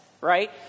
right